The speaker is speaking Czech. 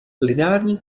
lineární